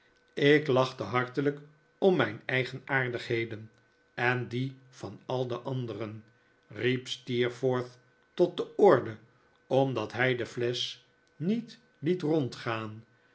ik lachte hartelijk om mijn eigen aardigheden en die van al de anderen riep steerforth tot de orde omdat hij de flesch niet liet rondgaan